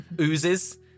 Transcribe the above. oozes